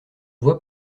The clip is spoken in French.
vois